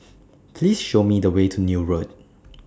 Please Show Me The Way to Neil Road